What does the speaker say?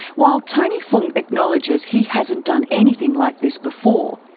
while tony fung acknowledges he hasn't done anything like this before,